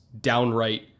downright